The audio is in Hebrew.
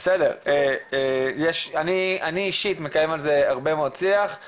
הרגולציה ולהכניס את התקנים ולפקח על כל הדבר הזה,